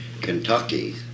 Kentucky